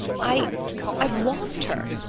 i i've lost her!